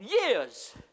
years